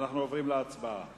אנחנו עוברים להצבעה